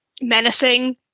menacing